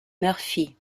murphy